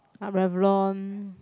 Revlon